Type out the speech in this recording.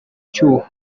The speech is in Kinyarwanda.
cyuho